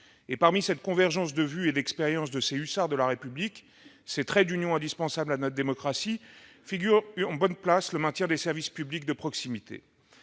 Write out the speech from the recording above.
sein de cette convergence de vues et d'expériences de ces hussards de la République, traits d'union indispensables à notre démocratie, figure en bonne place le maintien des services publics de proximité.